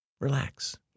relax